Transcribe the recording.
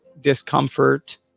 discomfort